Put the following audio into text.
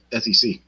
SEC